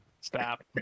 Stop